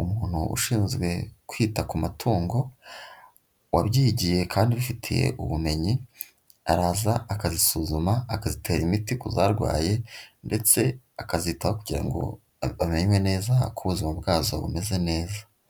Umuntu ushinzwe kwita ku matungo wabyigiye kandi ubifitiye ubumenyi, araza akazisuzuma akazitera imiti ku zarwaye ndetse akazitaho kugira ngo amenye neza ko ubuzima bwazo bumeze neza.